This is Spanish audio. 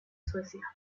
suecia